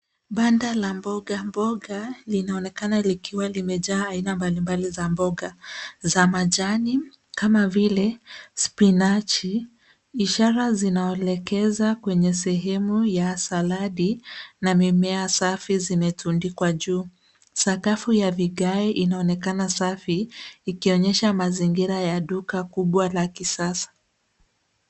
Banda la mboga mboga linaonekana likiwa limejaa aina mbalimbali za mboga za majani kama vile spinachi. Ishara zinaelekeza kwenye sehemu ya saladi na mimea safi zimetundikwa juu. Sakafu ya vigae inaonekana safi, ikionyesha mazingira ya duka kubwa la kisasa.